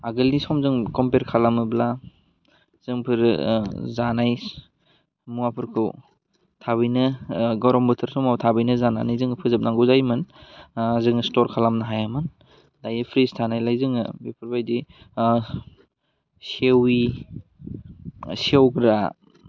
आगोलनि समजों कमपेर खालामोब्ला जोंफोरो ओह जानाय मुवाफोरखौ थाबैनो ओह गरम बोथोर समाव थाबैनो जानानै जोङो फोजोबनांगौ जायोमोन ओह जोङो स्टर खालामनो हायामोन दायो प्रिस थानायलाय जोङो बेफोरबादि ओह सेवि सेवग्रा